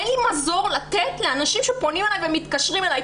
אין לי מזור לתת לאנשים שפונים אלי ומתקשרים אלי.